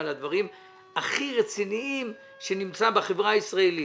על הדברים הכי רציניים שנמצאים בחברה הישראלית.